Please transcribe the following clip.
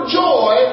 joy